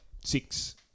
six